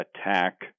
attack